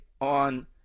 on